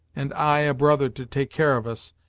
and i a brother to take care of us,